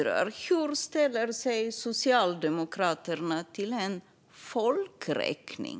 Jag undrar hur Socialdemokraterna ställer sig till en folkräkning.